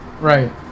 right